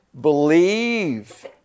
believe